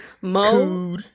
mo